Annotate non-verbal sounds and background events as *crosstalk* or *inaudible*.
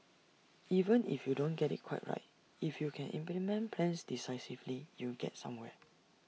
*noise* even if you don't get IT quite right if you can implement plans decisively you get somewhere